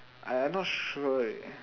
I I not sure eh